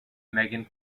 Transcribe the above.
megan